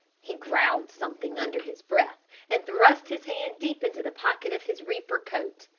he growled something under his breath and thrust his hand deep into the pocket of his reefer coat.